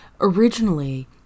Originally